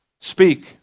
Speak